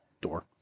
door